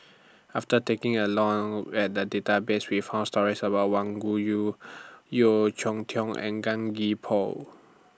after taking A Long At The Database We found stories about Wang Yeo Cheow Tong and Gan Gee Paw